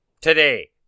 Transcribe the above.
today